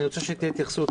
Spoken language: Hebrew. אז אני רוצה שתתייחסו לזה.